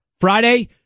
Friday